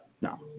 no